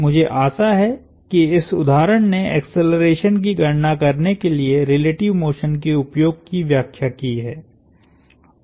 मुझे आशा है कि इस उदाहरण ने एक्सेलरेशन की गणना करने के लिए रिलेटिव मोशन के उपयोग की व्याख्या की है